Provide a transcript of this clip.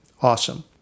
Awesome